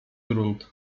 grunt